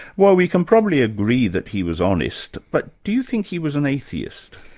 well we can probably agree that he was honest, but do you think he was an atheist?